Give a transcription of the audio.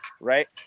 Right